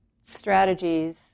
strategies